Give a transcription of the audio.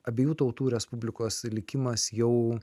abiejų tautų respublikos likimas jau